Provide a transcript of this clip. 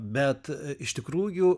bet iš tikrųjų